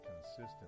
consistent